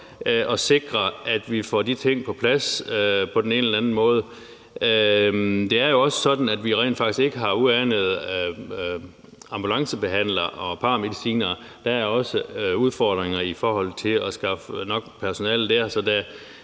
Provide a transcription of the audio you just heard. vi sikrer, at vi får de ting på plads på den ene eller anden måde. Det er jo også sådan, at vi rent faktisk ikke har et uanet antal ambulancebehandlere og paramedicinere. Der er også udfordringer i forhold til at skaffe nok personale der. Så det